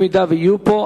אם יהיו פה.